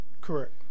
Correct